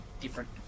different